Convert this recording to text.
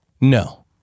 No